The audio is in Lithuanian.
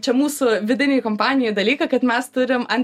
čia mūsų vidinėj kompanijoj dalyką kad mes turim ant